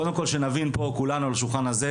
קודם כול שנבין פה כולנו על השולחן הזה,